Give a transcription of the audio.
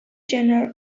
genre